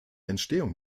entstehung